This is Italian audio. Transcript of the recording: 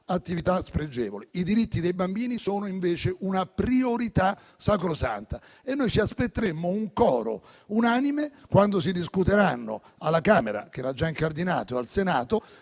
attività spregevoli. I diritti dei bambini sono invece una priorità sacrosanta e ci aspettiamo un coro unanime, quando si discuteranno alla Camera - che ha già incardinato il